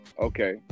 Okay